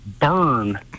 burn